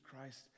Christ